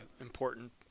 important